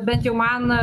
bent jau man